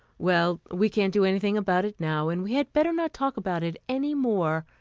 well, we can't do anything about it now, and we had better not talk about it any more,